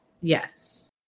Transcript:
Yes